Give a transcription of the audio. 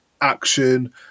action